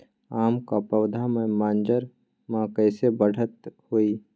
आम क पौधा म मजर म कैसे बढ़त होई?